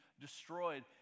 destroyed